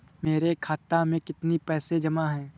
मेरे खाता में कितनी पैसे जमा हैं?